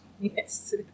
Yes